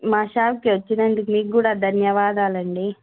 మా షాష్కి వచ్చినందుకు మీకు కూడా ధన్యవాదాలు అండి